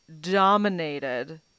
dominated